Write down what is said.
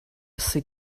sydd